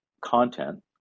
content